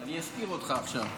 אני אזכיר אותך עכשיו.